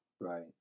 right